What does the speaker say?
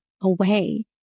away